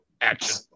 action